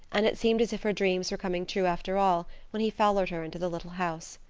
and it seemed as if her dreams were coming true after all, when he followed her into the little house.